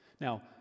Now